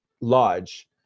lodge